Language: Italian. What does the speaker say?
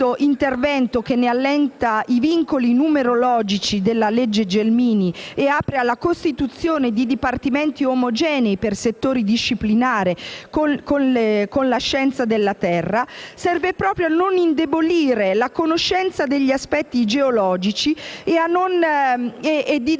che allenta i vincoli numerici della "legge Gelmini" e apre alla costituzione di dipartimenti omogenei per settore disciplinare con la scienza della Terra, serve proprio a non indebolire la conoscenza degli aspetti geologici e a sostenere